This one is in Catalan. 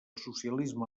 socialisme